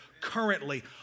currently